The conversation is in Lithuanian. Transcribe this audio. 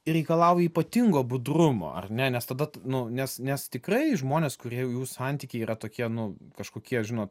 ir reikalauja ypatingo budrumo ar ne nes tada nu nes nes tikrai žmonės kurie jau jų santykiai yra tokie nu kažkokie žinot